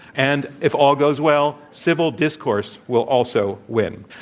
and if all goes well civil discourse will also win.